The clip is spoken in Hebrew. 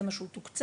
זה מה שהוא תוקצב,